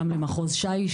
גם למחוז ש"י,